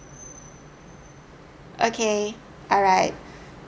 okay alright